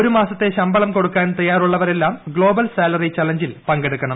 ഒരുമാസത്തെ ശമ്പളം കൊടുക്കാൻ തയ്യാറുള്ളവരെല്ലാം ഗ്ലോബൽ സാലറി ചലഞ്ചിൽ പങ്കെടുക്കണം